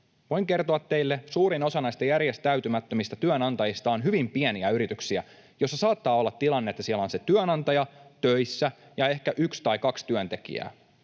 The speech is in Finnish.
Voin kertoa teille: suurin osa näistä järjestäytymättömistä työnantajista on hyvin pieniä yrityksiä, joissa saattaa olla tilanne, että siellä on se työnantaja töissä ja ehkä yksi tai kaksi työntekijää.